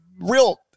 real